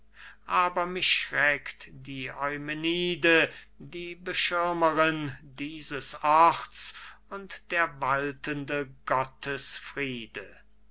aber mich schreckt die eumenide die beschirmerin dieses orts und der waltende